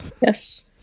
Yes